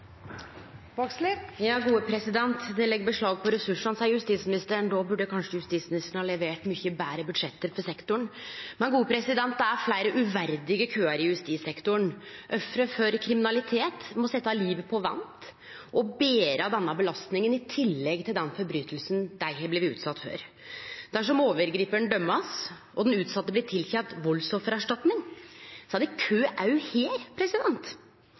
Det legg beslag på ressursane, seier justisministeren. Då burde justisministeren kanskje levert mykje betre budsjett for sektoren. Men det er fleire uverdige køar i justissektoren. Offer for kriminalitet må setje livet på vent og bere denne belastninga i tillegg til det brotsverket dei har vore utsette for. Dersom overgriparen blir dømd og den utsette blir tilkjend valdsoffererstatning, er det